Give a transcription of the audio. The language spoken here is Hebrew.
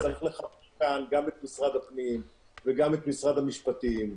צריך --- גם את משרד הפנים וגם את משרד המשפטים,